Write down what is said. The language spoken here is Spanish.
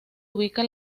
ubica